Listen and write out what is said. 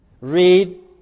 read